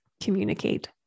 communicate